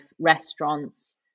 restaurants